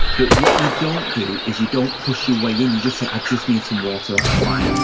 but what you don't do is you don't push your way in. you just say, i just need some water. that's fine.